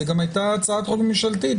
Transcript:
זאת הייתה הצעת חוק ממשלתית.